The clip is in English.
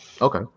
Okay